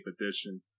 edition